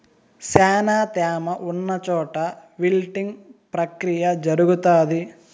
శ్యానా త్యామ ఉన్న చోట విల్టింగ్ ప్రక్రియ జరుగుతాది